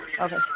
Okay